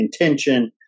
intention